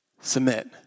Submit